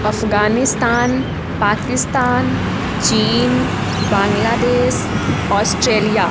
अफ़गानिस्तान पाकिस्तान चीन बांग्लादेश ऑस्ट्रेलिया